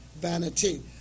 vanity